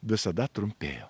visada trumpėja